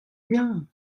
bien